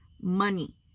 money